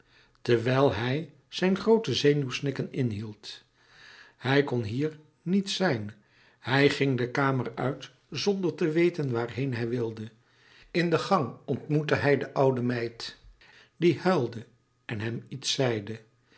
terwijl hij zijn groote zenuwsnikken inhield hij kon hier niet zijn hij ging de kamer uit zonder te weten waarheen hij wilde in de gang ontmoette hij de oude meid die huilde en hem iets